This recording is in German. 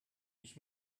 ich